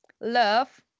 love